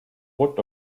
what